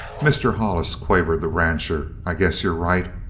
mr. hollis, quavered the rancher, i guess you're right.